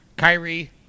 Kyrie